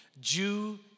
Jew